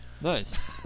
Nice